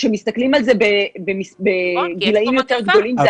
כשמסתכלים על זה בגילאים יותר גדולים,